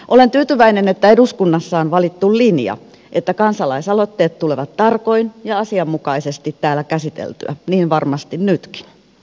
olen tyytyväinen että eduskunnassa on valittu linja että kansalaisaloitteet tulevat tarkoin ja asianmukaisesti täällä käsiteltyä niin varmasti nytkin